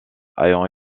ayant